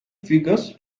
figures